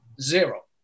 Zero